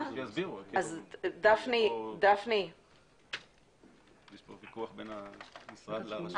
אז שיסבירו, כי יש פה ויכוח בין המשרד לרשויות.